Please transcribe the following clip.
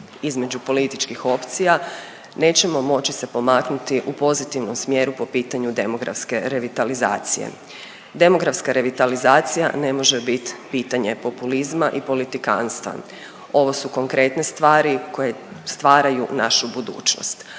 između političkih opcija nećemo moći se pomaknuti u pozitivnom smjeru po pitanju demografske revitalizacije. Demografska revitalizacija ne može bit pitanje populizma i politikanstva. Ovo su konkretne stvari koje stvaraju našu budućnost,